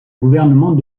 gouvernement